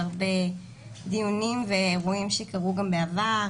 הרבה דיונים ואירועים שקרו גם בעבר,